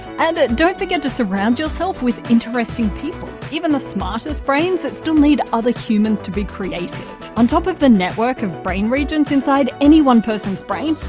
and don't forget to surround yourself with interesting people. even the smartest brains still need other humans to be creative on top of the network of brain regions inside any one person's brain,